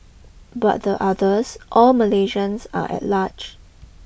but the others all Malaysians are at large